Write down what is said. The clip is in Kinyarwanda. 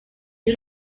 y’u